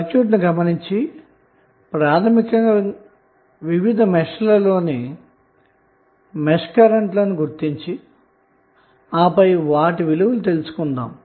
సర్క్యూట్ను గమనించి ప్రాథమికంగా వివిధ మెష్లలోని కరెంటులను గుర్తించి ఆపై వాటి విలువలు తెలుసుకొంటున్నాము